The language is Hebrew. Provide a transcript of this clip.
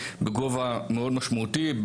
בגובה מאוד משמעותי,